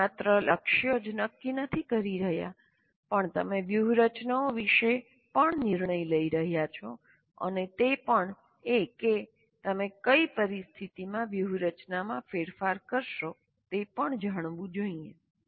તમે માત્ર લક્ષ્યો જ નક્કી નથી કરી રહ્યા પણ તમે વ્યૂહરચનાઓ વિશે પણ નિર્ણય લઈ રહ્યા છો અને તે પણ કે તમે કઈ પરિસ્થિતિમાં વ્યૂહરચનામાં ફેરફાર કરશો તે પણ જાણવું જોઈએ